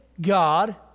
God